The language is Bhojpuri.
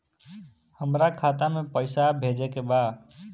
हमका खाता में पइसा भेजे के बा